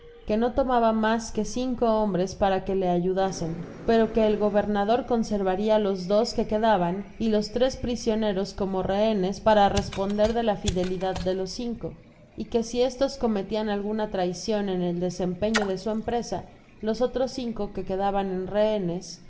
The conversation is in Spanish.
que no tomaba mas que cinco hombres para qae le ayudasen pero que el gobernador conservaria los dos que quedaban y los tres prisioneros como rehenes para responder de la fidelidad de los cinco y que si estos cometian alguna traicion en el desempeño de su emprese los otros cinco que quedaban en rehenes